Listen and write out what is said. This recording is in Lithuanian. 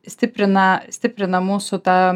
stiprina stiprina mūsų tą